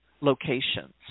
locations